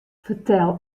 fertel